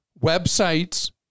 websites